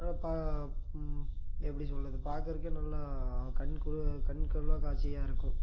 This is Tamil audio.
நல்லா பா எப்படி சொல்கிறது பார்க்குறதுக்கே நல்லா கண்குளு கண்கொள்ளாக காட்சியாக இருக்கும்